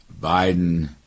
Biden